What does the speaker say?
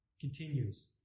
Continues